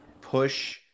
push